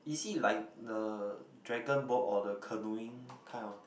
is it like the dragon boat or the canoeing kind of